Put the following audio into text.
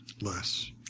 less